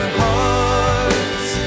hearts